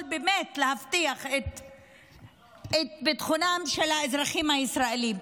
באמת להבטיח את ביטחונם של האזרחים הישראלים.